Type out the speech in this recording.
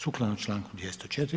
Sukladno članku 204.